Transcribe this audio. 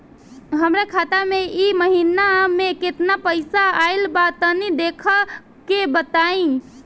हमरा खाता मे इ महीना मे केतना पईसा आइल ब तनि देखऽ क बताईं?